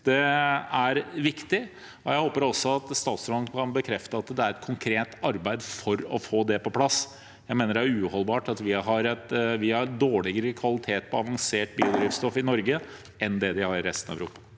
er viktig, og jeg håper også at statsråden kan bekrefte at det gjøres et konkret arbeid for å få dette på plass. Jeg mener det er uholdbart at vi har en dårligere kvalitet på avansert biodrivstoff i Norge enn det de har i resten av Europa.